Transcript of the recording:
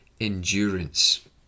endurance